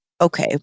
Okay